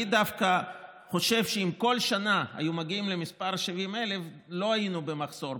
אני דווקא חושב שאם כל שנה היו מגיעים למספר 70,000 לא היינו במחסור.